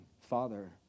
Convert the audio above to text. Father